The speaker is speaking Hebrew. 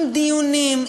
עם דיונים,